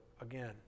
again